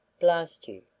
blast you!